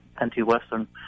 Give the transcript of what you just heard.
anti-Western